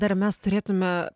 dar mes turėtume